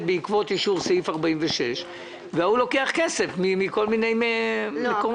בעקבות אישור סעיף 46 והוא לוקח כסף מכל מיני מקומות.